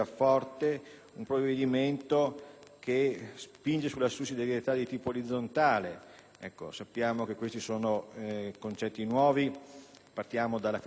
che spinge sulla sussidiarietà di tipo orizzontale. Sappiamo che sono concetti nuovi. Partiamo dal federalismo che vuole portare vicino ai cittadini